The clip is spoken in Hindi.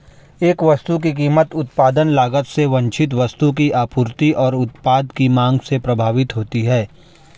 एक वस्तु की कीमत उत्पादन लागत से वांछित वस्तु की आपूर्ति और उत्पाद की मांग से प्रभावित होती है